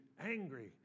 angry